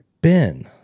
Ben